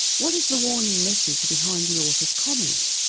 what is the warning message behind the author's comment?